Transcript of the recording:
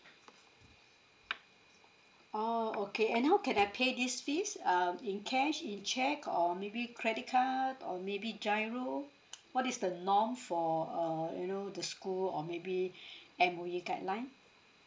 oh okay and how can I pay these fees um in cash in cheque or maybe credit card or maybe G_I_R_O what is the norm for uh you know the school or maybe M_O_E guideline